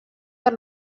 per